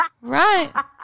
Right